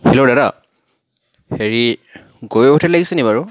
hello দাদা হেৰি গগৈ হোটেলত লাগিছে নি বাৰু